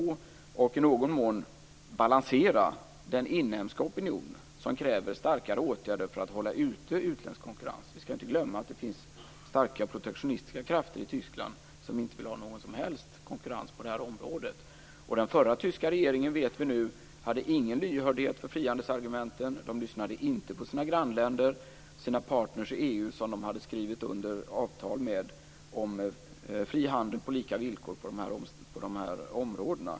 Detta tryck skall också i någon mån balansera den inhemska opinion som kräver starkare åtgärder för att hålla ute utländsk konkurrens. Vi skall inte glömma att det finns starka protektionistiska krafter i Tyskland som inte vill ha någon som helst konkurrens på det här området. Den förra tyska regeringen, det vet vi nu, hade ingen lyhördhet för frihandelsargumenten. De lyssnade inte på sina grannländer, sina partner i EU som de hade skrivit under avtal med om fri handel på lika villkor på de här områdena.